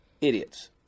Idiots